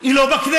היא לא בכנסת.